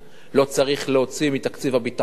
לא צריך להוציא מתקציב הביטחון